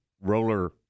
roller